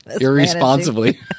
irresponsibly